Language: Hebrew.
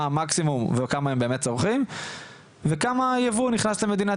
מה המקסימום וכמה הם באמת צורכים וכמה ייבוא נכנס למדינת